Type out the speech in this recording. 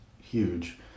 huge